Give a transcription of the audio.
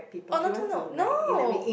oh no no no no